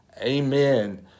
Amen